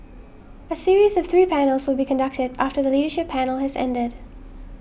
a series of three panels will be conducted after the leadership panel has ended